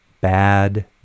bad